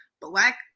black